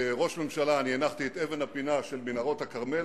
כראש ממשלה אני הנחתי את אבן הפינה של מנהרות הכרמל,